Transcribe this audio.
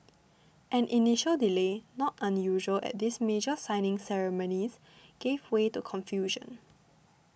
an initial delay not unusual at these major signing ceremonies gave way to confusion